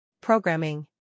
Programming